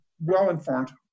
well-informed